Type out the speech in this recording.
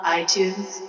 iTunes